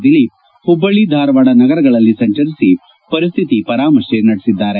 ದಿಲೀಪ್ ಹುಬ್ಬಳ್ಳಿ ಧಾರವಾಡ ನಗರಗಳಲ್ಲಿ ಸಂಚರಿಸಿ ಪರಿಸ್ಹಿತಿ ಪರಾಮರ್ಶೆ ಮಾಡಿದ್ದಾರೆ